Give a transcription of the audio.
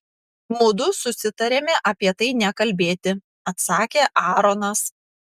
mudu susitarėme apie tai nekalbėti atsakė aaronas